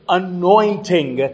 anointing